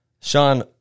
Sean